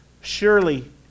Surely